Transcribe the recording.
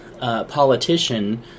politician